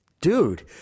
dude